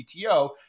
PTO